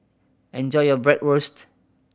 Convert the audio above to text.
enjoy your Bratwurst